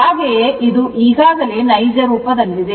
ಹಾಗೆಯೇ ಇದು ಈಗಾಗಲೇ ನೈಜ ರೂಪದಲ್ಲಿದೆ